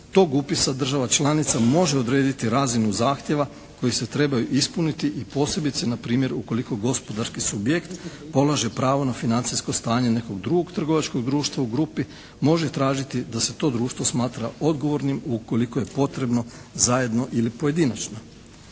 tog upisa država članica može odrediti razinu zahtjeva koji se trebaju ispuniti i posebice na primjer ukoliko gospodarski subjekt polaže pravo na financijsko stanje nekog drugog trgovačkog društva u grupi, može tražiti da se to društvo smatra odgovornim ukoliko je potrebno zajedno ili pojedinačno.